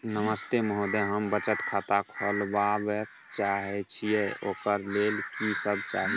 नमस्ते महोदय, हम बचत खाता खोलवाबै चाहे छिये, ओकर लेल की सब चाही?